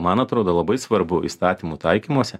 man atrodo labai svarbu įstatymų taikymuose